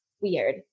weird